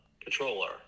controller